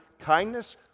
kindness